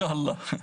אינשאללה.